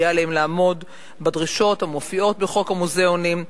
יהיה עליהם לעמוד בדרישות המופיעות בחוק המוזיאונים,